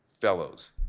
fellows